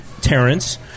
Terrence